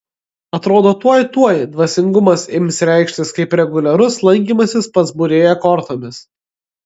atrodo tuoj tuoj dvasingumas ims reikštis kaip reguliarus lankymasis pas būrėją kortomis